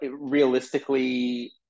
realistically